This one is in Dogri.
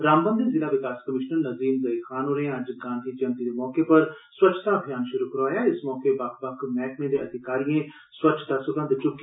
रामबन दे ज़िला विकास कमीश्नर नज़ीम जेई खान होरें अज्ज गांधी जयंति दे मौके पर स्वच्छता अभियान शुरू कराया इस मौके बक्ख बक्ख मैह्कमें दे अधिकारिए स्वच्छता सगंघ चुक्की